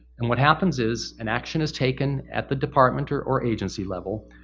and what happens is, an action is taken at the department or or agency level,